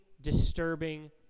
disturbing